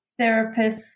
therapists